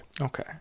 Okay